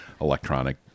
electronic